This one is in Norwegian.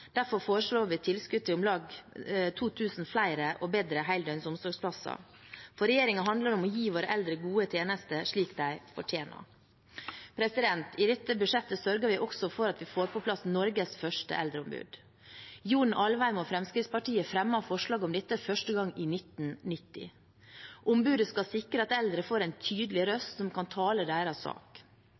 Derfor foreslår vi tilskudd til om lag 2 000 flere og bedre heldøgns omsorgsplasser. For regjeringen handler det om å gi våre eldre gode tjenester – slik de fortjener. I dette budsjettet sørger vi også for at vi får på plass Norges første eldreombud. John Alvheim og Fremskrittspartiet fremmet forslag om dette første gang i 1990. Ombudet skal sikre at eldre får en tydelig røst som kan tale deres sak.